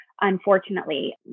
unfortunately